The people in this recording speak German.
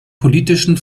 politischen